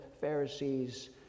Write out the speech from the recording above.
Pharisees